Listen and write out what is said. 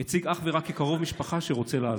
והציגו אך ורק כקרוב משפחה שרוצה לעזור.